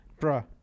Bruh